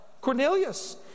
Cornelius